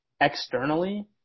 externally